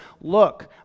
look